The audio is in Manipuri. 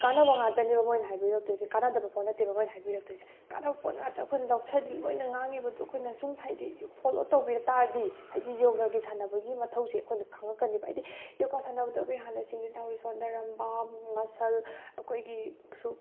ꯀꯥꯟꯅꯕ ꯉꯥꯛꯇꯅꯦꯕ ꯃꯣꯏꯅ ꯍꯥꯏꯕꯤꯔꯛꯇꯣꯏꯁꯦ ꯀꯥꯟꯅꯗꯕ ꯄꯣꯠ ꯅꯠꯇꯦꯕ ꯃꯣꯏꯅ ꯍꯥꯏꯕꯤꯔꯛꯇꯣꯏꯁꯦ ꯀꯥꯟꯅꯕ ꯄꯣꯠ ꯉꯥꯛꯇ ꯑꯩꯈꯣꯏꯅ ꯂꯧꯁꯤꯟꯂꯤ ꯃꯣꯏꯅ ꯉꯥꯡꯉꯤꯕꯗꯨ ꯑꯩꯈꯣꯏꯅ ꯁꯨꯝ ꯍꯥꯏꯗꯤ ꯐꯣꯂꯣ ꯇꯧꯕꯤꯔ ꯇꯥꯔꯗꯤ ꯍꯥꯏꯗꯤ ꯌꯣꯒꯥꯒꯤ ꯁꯥꯟꯅꯕꯒꯤ ꯃꯊꯧꯁꯦ ꯑꯩꯈꯣꯏꯅ ꯈꯪꯉꯛꯀꯅꯤꯕ ꯍꯥꯏꯗꯤ ꯌꯣꯒꯥ ꯁꯥꯟꯅꯕꯗ ꯑꯩꯈꯣꯏ ꯍꯥꯟꯅ ꯁꯤꯡꯂꯤ ꯅꯥꯎꯔꯤ ꯁꯣꯟꯊꯔꯝꯕ ꯃꯁꯜ ꯑꯩꯈꯣꯏꯒꯤ